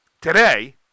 today